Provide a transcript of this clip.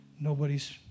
nobody's